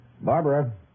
Barbara